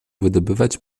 wydobywać